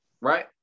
right